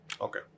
Okay